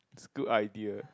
is a good idea